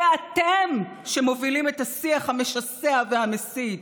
אתם אלה שמובילים את השיח המשסע והמסית.